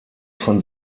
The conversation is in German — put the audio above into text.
von